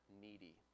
needy